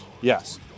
Yes